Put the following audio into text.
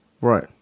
Right